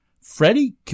Freddie